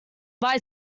buy